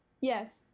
yes